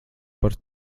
par